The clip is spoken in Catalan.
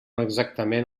exactament